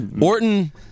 Orton